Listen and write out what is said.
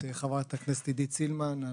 חברת הכנסת עידית סילמן,